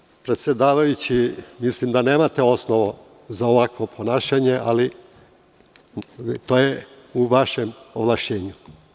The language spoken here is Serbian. Gospodine predsedavajući, mislim da nemate osnova za ovakvo ponašanje, ali to je u vašem ovlašćenju.